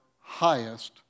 highest